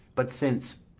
but since,